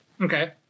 Okay